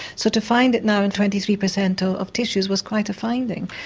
so to find it now in twenty three percent ah of tissues was quite a finding.